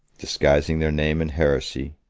disguising their name and heresy,